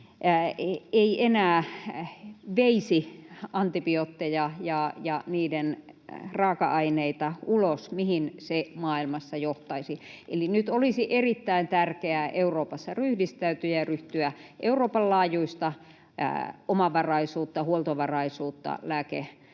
ei enää veisi antibiootteja ja niiden raaka-aineita ulos, mihin se maailmassa johtaisi. Eli nyt olisi erittäin tärkeää Euroopassa ryhdistäytyä ja ryhtyä Euroopan laajuista omavaraisuutta, huoltovarmuutta, lääkkeiden